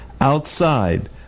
outside